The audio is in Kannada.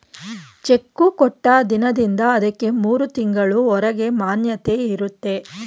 ಚೆಕ್ಕು ಕೊಟ್ಟ ದಿನದಿಂದ ಅದಕ್ಕೆ ಮೂರು ತಿಂಗಳು ಹೊರಗೆ ಮಾನ್ಯತೆ ಇರುತ್ತೆ